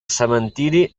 cementiri